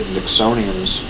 Nixonians